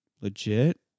legit